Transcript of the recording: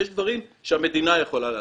יש דברים שהמדינה יכולה לעשות,